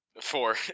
four